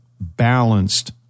balanced